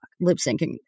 lip-syncing